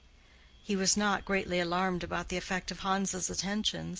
he was not greatly alarmed about the effect of hans's attentions,